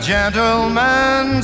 gentlemen